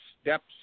steps